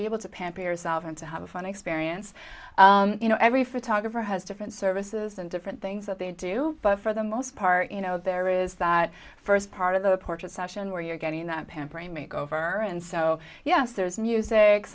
and to have a fun experience you know every photographer has different services and different things that they do but for the most part you know there is that first part of the portrait session where you're getting that pampering make over and so yes there's music